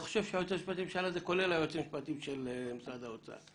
אני חושב שהיועץ המשפטי לממשלה כולל את היועצים המשפטיים של משרד האוצר,